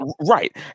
Right